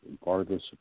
regardless